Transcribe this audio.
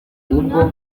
ubwo